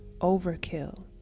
overkill